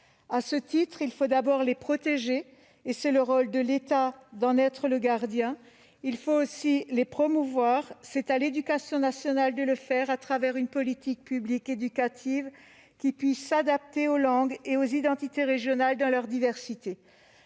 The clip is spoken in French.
À ce titre, il faut d'abord les protéger ; c'est le rôle de l'État d'en être le gardien. Il faut aussi les promouvoir, c'est à l'éducation nationale de le faire, à travers une politique publique éducative qui s'adapte aux langues et aux identités régionales dans leur diversité.